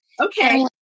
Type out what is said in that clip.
okay